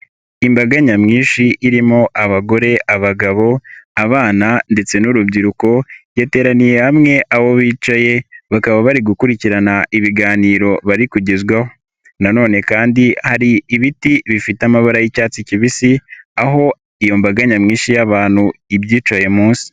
Imbaga nyamwinshi irimo abagore, abagabo, abana ndetse n'urubyiruko yateraniye hamwe aho bicaye bakaba bari gukurikirana ibiganiro bari kugezwaho nanone kandi hari ibiti bifite amabara y'icyatsi kibisi aho iyo mbaga nyamwinshi y'abantu ibyicaye munsi.